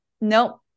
nope